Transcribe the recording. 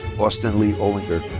austin lee olinger.